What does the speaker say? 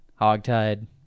Hogtied